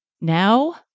Now